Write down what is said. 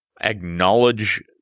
acknowledge